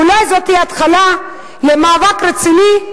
ואולי זאת תהיה התחלה של מאבק רציני,